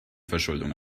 verschuldung